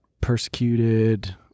persecuted